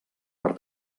per